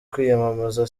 kwiyamamaza